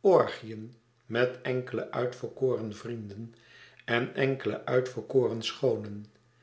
orgieën met enkele uitverkoren vrienden en enkele uitverkoren schoonen